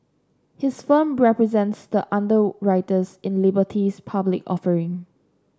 his firm represents the underwriters in Liberty's public offering